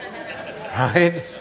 Right